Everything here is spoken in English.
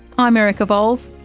i'm erica vowles,